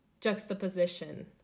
juxtaposition